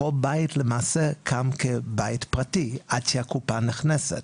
כל בית למעשה קם כבית פרטי עד שהקופה נכנסת.